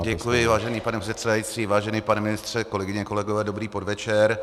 Děkuji, vážený pane předsedající, vážený pane ministře, kolegyně, kolegové, dobrý podvečer.